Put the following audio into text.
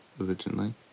originally